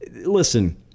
Listen